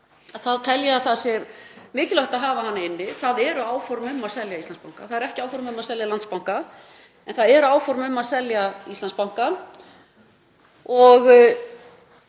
að það sé mikilvægt að hafa hana inni. Það eru áform um að selja Íslandsbanka. Það eru ekki áform um að selja Landsbanka en það eru áform um að selja Íslandsbanka og